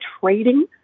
trading